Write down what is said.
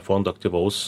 fondo aktyvaus